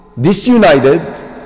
disunited